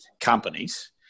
companies